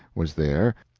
was there,